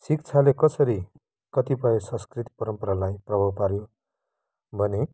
शिक्षाले कसरी कतिपय संस्कृति परम्परालाई प्रभाव पाऱ्यो भने